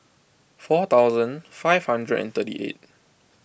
four thousand five hunderd thirty eight